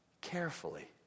Carefully